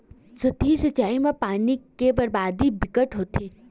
सतही सिचई म पानी के बरबादी बिकट होथे